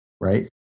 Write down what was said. right